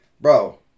bro